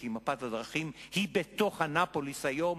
כי מפת הדרכים היא בתוך אנאפוליס היום,